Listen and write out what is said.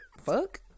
fuck